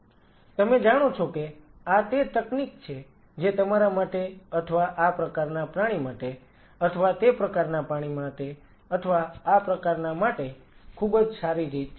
તમે જાણો છો કે આ તે તકનીક છે જે તમારા માટે અથવા આ પ્રકારના પ્રાણી માટે અથવા તે પ્રકારના પ્રાણી માટે અથવા આ પ્રકારના માટે ખુબજ સારી રીત છે